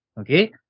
okay